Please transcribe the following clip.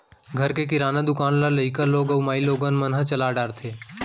घर के किराना दुकान ल लइका लोग अउ माइलोगन मन ह चला डारथें